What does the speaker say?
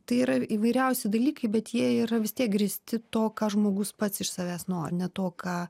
tai yra įvairiausi dalykai bet jie yra vis tiek grįsti to ką žmogus pats iš savęs nori ne to ką